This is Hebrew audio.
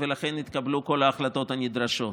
ולכן התקבלו כל ההחלטות הנדרשות.